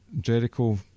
Jericho